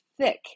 thick